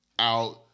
Out